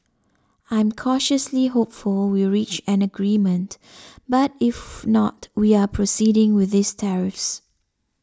I'm cautiously hopeful we reach an agreement but if not we are proceeding with these tariffs